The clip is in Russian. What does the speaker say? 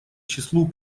числу